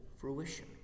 fruition